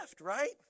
right